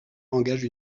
engage